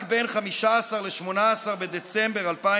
רק בין 15 ל-18 בדצמבר 2013